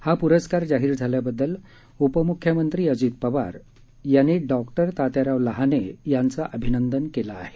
हा प्रस्कार जाहीर झाल्याबद्दल उपम्ख्यमंत्री अजित पवार यांनी डॉक्टर तात्याराव लहाने यांचं अभिनंदन केलं आहे